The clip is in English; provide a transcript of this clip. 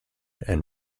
and